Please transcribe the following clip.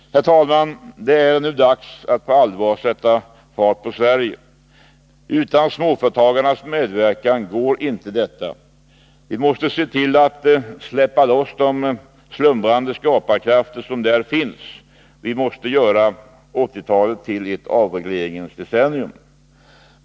Herr talman! Det är nu dags att på allvar sätta fart på Sverige. Utan småföretagarnas medverkan går inte detta. Vi måste se till att släppa loss de slumrande skaparkrafter som där finns. Vi måste göra 1980-talet till ett avregleringens decennium.